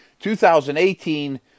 2018